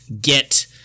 get